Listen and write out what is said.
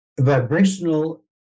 vibrational